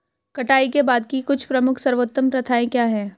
कटाई के बाद की कुछ प्रमुख सर्वोत्तम प्रथाएं क्या हैं?